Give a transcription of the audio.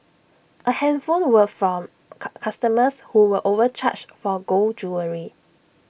A handful were from customers who were overcharged for gold jewellery